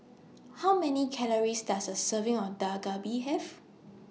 How Many Calories Does A Serving of Dak Galbi Have